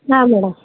ಹಾಂ ಮೇಡಮ್